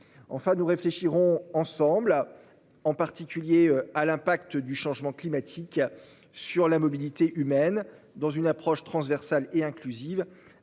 Enfin nous réfléchirons ensemble là en particulier à l'impact du changement climatique sur la mobilité humaine dans une approche transversale et inclusive,